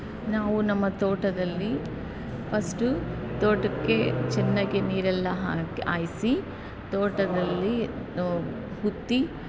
ನಾವು ನಮ್ಮ ತೋಟದಲ್ಲಿ ಫಸ್ಟು ತೋಟಕ್ಕೆ ಚೆನ್ನಾಗಿ ನೀರೆಲ್ಲಾ ಹಾಕಿ ಹಾಯ್ಸಿ ತೋಟದಲ್ಲಿ ಉತ್ತಿ